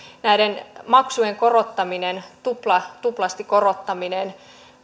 näiden maksujen korottaminen tuplasti korottaminen